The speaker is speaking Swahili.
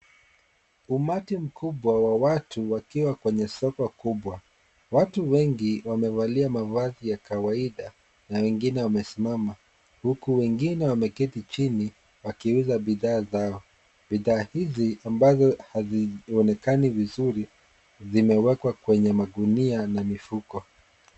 Umati mkubwa wa watu wakiwa kwenye soko kubwa. Watu wengi wamevalia mavazi ya kawaida, na wengine wamesimama, huku wengine wameketi chini, wakiuza bidhaa zao. Bidhaa hizi ambazo hazionekani vizuri, vimeekwa kwenye magunia na mifuko.